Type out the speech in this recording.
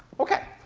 okay.